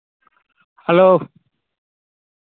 hello